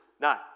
nine